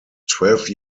twelve